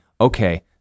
okay